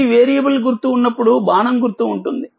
ఈ వేరియబుల్ గుర్తు ఉన్నప్పుడు బాణం గుర్తు ఉంటుంది